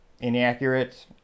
inaccurate